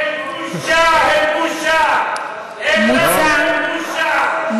אין לכם בושה, לממשלה הזאת?